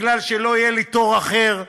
כי לא יהיה לי תור אחר.